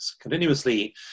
continuously